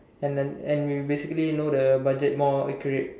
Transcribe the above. and then and we basically know the budget more accurate